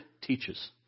teaches